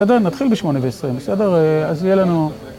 בסדר, נתחיל ב-8:20, בסדר? אז יהיה לנו...